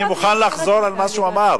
כי אני מוכן לחזור על מה שהוא אמר.